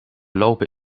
lopen